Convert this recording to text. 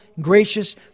gracious